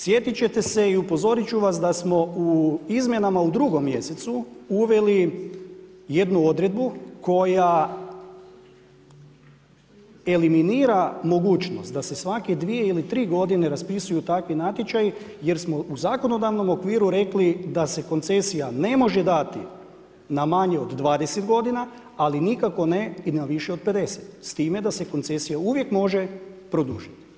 Sjetit ćete se i u upozorit ću vas da smo u izmjenama u drugom mjesecu, uveli jednu odredbu koja eliminira mogućnost da sve svake 2 ili 3 godine raspisuju takvi natječaji jer smo u zakonodavnom okviru rekli da se koncesija ne može dati na manje od 20 godina ali nikako ne i više od 50, s time da se koncesija uvijek može produžiti.